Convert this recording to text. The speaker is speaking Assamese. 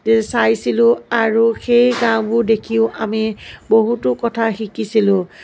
চাইছিলোঁ আৰু সেই গাঁওবোৰ দেখিও আমি বহুতো কথা শিকিছিলোঁ